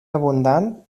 abundant